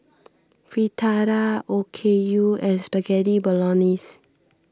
Fritada Okayu and Spaghetti Bolognese